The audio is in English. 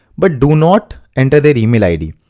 but do not enter their email id.